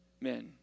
men